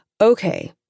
okay